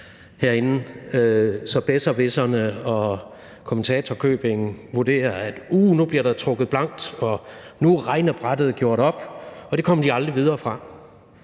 så besserwisserne, og kommentatorkøbing vurderer, at nu bliver der trukket blankt, og at nu er regnebrættet gjort op, og det kommer de aldrig videre fra.